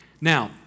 Now